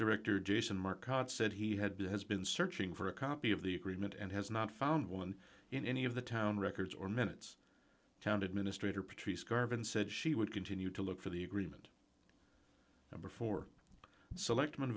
director jason market said he had been has been searching for a copy of the agreement and has not found one in any of the town records or minutes town administrator patrice garvin said she would continue to look for the agreement before select